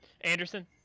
Anderson